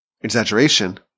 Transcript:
exaggeration